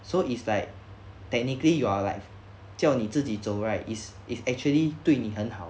so it's like technically you are like 叫你自己走 right is is actually 对你很好